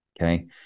Okay